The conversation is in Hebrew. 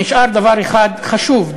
נשאר דבר אחד חשוב,